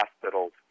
hospitals